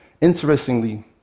Interestingly